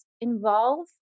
involve